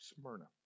Smyrna